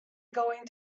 going